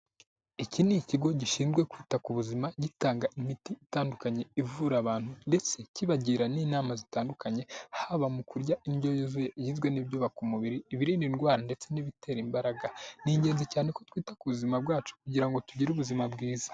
Iki ni ikigo gishinzwe kwita ku buzima gitanga imiti itandukanye ivura abantu ndetse kibagira n'inama zitandukanye, haba mu kurya indyo yuzuye igizwe n'ibyubaka umubiri, ibirinda indwara ndetse n'ibitera imbaraga. Ni ingenzi cyane ko twita ku buzima bwacu kugira ngo tugire ubuzima bwiza.